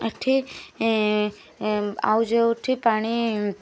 ଏଇଠି ଆଉ ଯେଉଁଠି ପାଣି